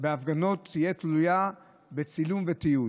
בהפגנות תהיה תלויה בצילום ותיעוד.